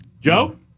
Joe